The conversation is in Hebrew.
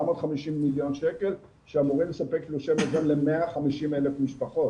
750 מיליון שקל שאמורים לספק תלושי מזון ל-150,000 משפחות.